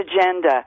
agenda